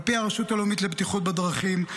על פי הרשות הלאומית לבטיחות בדרכים,